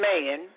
man